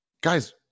Guys